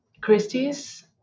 Christie's